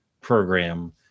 program